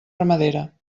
ramadera